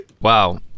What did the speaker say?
Wow